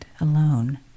alone